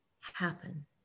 happen